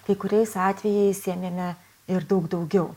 kai kuriais atvejais ėmėme ir daug daugiau